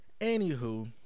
Anywho